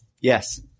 Yes